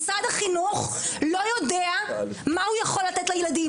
משרד החינוך לא יודע מה הוא יכול לתת לילדים